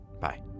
Bye